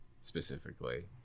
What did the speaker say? specifically